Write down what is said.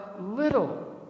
little